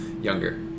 Younger